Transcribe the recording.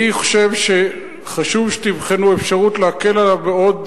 אני חושב שחשוב שתבחנו אפשרות להקל עליו בעוד